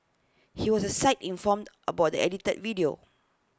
he was the site informed about the edited video